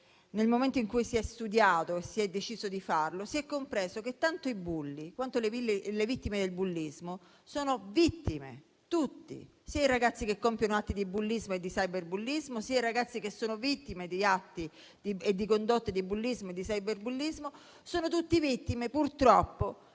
nel momento in cui si è studiato e si è deciso di farlo, si è compreso che tanto i bulli quanto le vittime del bullismo sono vittime, tutti, sia i ragazzi che compiono atti di bullismo e di cyberbullismo, sia i ragazzi che sono vittime di atti e di condotte di bullismo e di cyberbullismo. Sono tutti vittime purtroppo